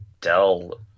Dell